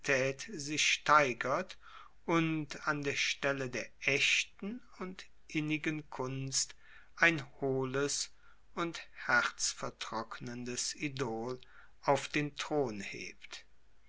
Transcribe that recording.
sich steigert und an der stelle der echten und innigen kunst ein hohles und herzvertrocknendes idol auf den thron hebt